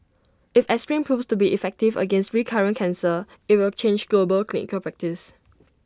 if aspirin proves to be effective against recurrent cancer IT will change global clinical practice